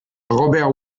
robert